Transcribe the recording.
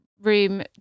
room